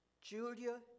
Julia